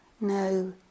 no